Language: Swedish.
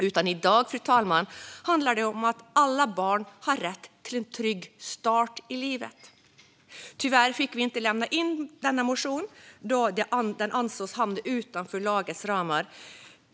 I dag, fru talman, handlar det i stället om att alla barn har rätt till en trygg start i livet. Tyvärr fick vi inte lämna in denna motion då den ansågs hamna utanför lagförslagets ramar.